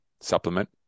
supplement